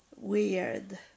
weird